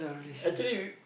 actually we